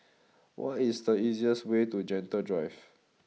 what is the easiest way to Gentle Drive